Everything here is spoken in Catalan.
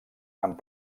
amb